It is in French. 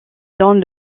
donne